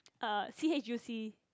uh C_H_U_C